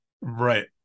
Right